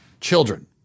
Children